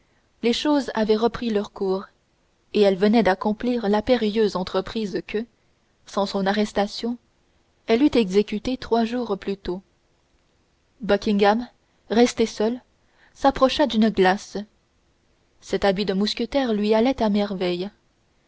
les choses avaient repris leur cours et elle venait d'accomplir la périlleuse entreprise que sans son arrestation elle eût exécutée trois jours plus tôt buckingham resté seul s'approcha d'une glace cet habit de mousquetaire lui allait à merveille